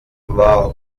war